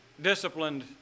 Disciplined